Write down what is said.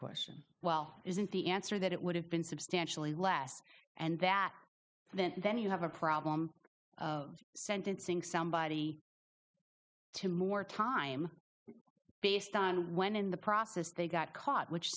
question well isn't the answer that it would have been substantially less and that then then you have a problem sentencing somebody to more time based on when in the process they got caught which